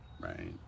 right